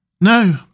No